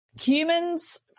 humans